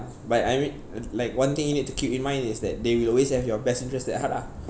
but I mean like one thing you need to keep in mind is that they will always have your best interest at heart lah